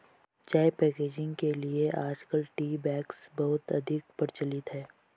चाय पैकेजिंग के लिए आजकल टी बैग्स बहुत अधिक प्रचलित है